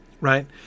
right